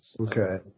Okay